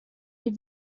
die